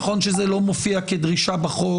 נכון שזה לא מופיע כדרישה בחוק,